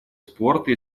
спорта